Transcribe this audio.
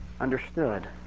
understood